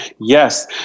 Yes